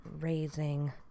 raising